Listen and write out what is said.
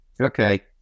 Okay